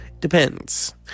depends